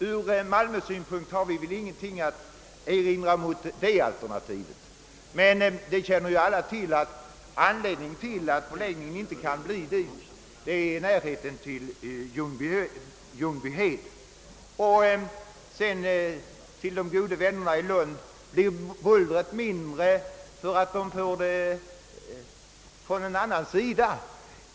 Från Malmös synpunkt har jag ingenting att erinra mot undersökning av detta alternativ. Alla känner emellertid till att flygplatsen inte kan förläggas dit på grund av närheten till Ljungbyhed. Blir för övrigt bullret mindre därför att det kommer från ett annat håll?